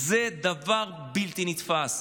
זה דבר בלתי נתפס.